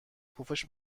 پفش